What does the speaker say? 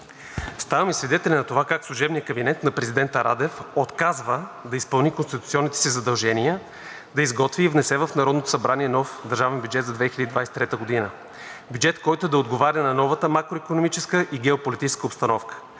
Ставаме свидетели на това как служебният кабинет на президента Радев отказва да изпълни конституционните си задължения, да изготви и внесе в Народното събрание нов държавен бюджет за 2023 г. – бюджет, който да отговаря на новата макроикономическа и геополитическа обстановка;